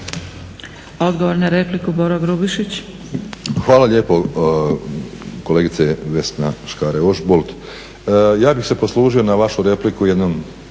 **Grubišić, Boro (HDSSB)** Hvala lijepo kolegice Vesna Škare-Ožbolt. Ja bih se poslužio na vašu repliku jednom